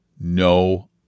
no